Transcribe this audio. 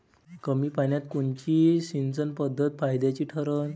कमी पान्यात कोनची सिंचन पद्धत फायद्याची ठरन?